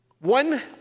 One